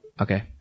Okay